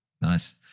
Nice